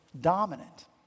dominant